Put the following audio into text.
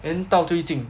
then 到最近